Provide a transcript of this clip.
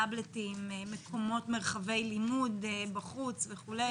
טאבלטים, מרחבי לימוד בחוץ וכו'?